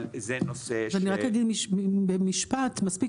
אבל זה נושא --- אז אני רק אגיד במשפט מספיק